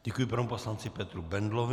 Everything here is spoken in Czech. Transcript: Děkuji panu poslanci Petru Bendlovi.